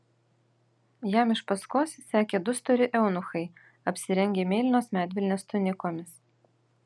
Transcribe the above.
jam iš paskos sekė du stori eunuchai apsirengę mėlynos medvilnės tunikomis